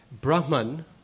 Brahman